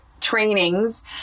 trainings